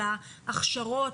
להכשרות,